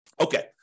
Okay